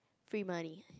free money